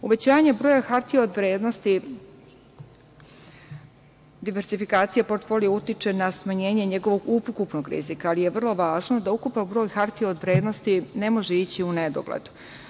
Uvećanje broja hartija od vrednosti, diverzifikacija portfolija utiče na smanjenje njegovog ukupnog rizika, ali je vrlo važno da ukupan broj hartija od vrednosti ne može ići u nedogled.